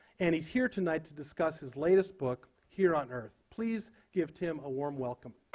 and he's here tonight to discuss his latest book, here on earth. please give tim a warm welcome.